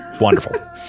Wonderful